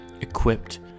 equipped